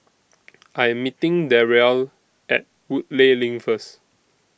I Am meeting Darryle At Woodleigh LINK First